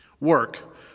Work